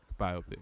biopic